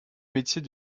métier